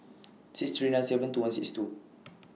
six three nine seven two one six two